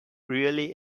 really